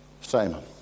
Simon